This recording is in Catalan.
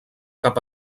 cap